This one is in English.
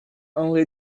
only